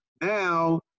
now